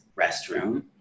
restroom